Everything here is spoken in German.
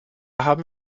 haben